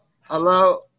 Hello